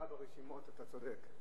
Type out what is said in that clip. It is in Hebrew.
אצלך ברשימות אתה צודק.